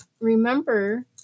remember